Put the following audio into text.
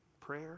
prayer